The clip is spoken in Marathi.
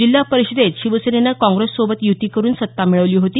जिल्हा परीषदेत शिवसेनेनं काँग्रेससोबत युती करून सत्ता मिळवली होती